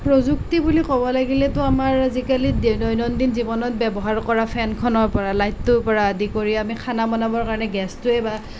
প্ৰযুক্তি বুলি ক'ব লাগিলেতো আমাৰ আজিকালি দৈনন্দিন জীৱনত ব্যৱহাৰ কৰা ফেনখনৰ পৰা লাইটটোৰ পৰা আদি কৰি আমি খানা বনাবৰ কাৰণে গেছটোৱেই বা